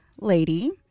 lady